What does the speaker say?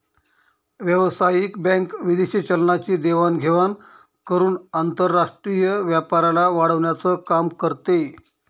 व्यावसायिक बँक विदेशी चलनाची देवाण घेवाण करून आंतरराष्ट्रीय व्यापाराला वाढवण्याचं काम करते